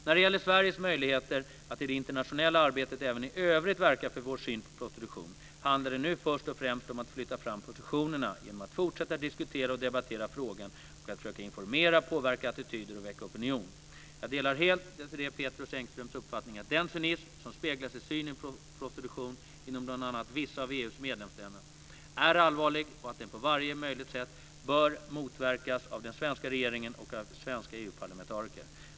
När det gäller Sveriges möjligheter att i det internationella arbetet även i övrigt verka för vår syn på prostitution handlar det nu först och främst om att flytta fram positionerna genom att fortsätta diskutera och debattera frågan och att försöka informera, påverka attityder och väcka opinion. Jag delar helt Désirée Pethrus Engströms uppfattning att den cynism som speglas i synen på prostitution inom bl.a. vissa av EU:s medlemsländer är allvarlig och att den på varje möjligt sätt bör motarbetas av den svenska regeringen och av svenska EU-parlamentariker.